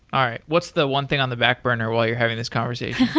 all right. what's the one thing on the backburner while you're having this conversation?